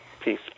Peace